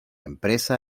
empresa